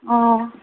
অঁ